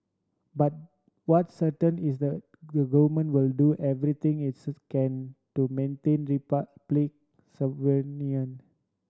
but what's certain is the the government will do everything it's can to maintain Republic